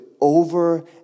over